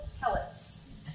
pellets